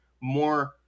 more